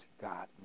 God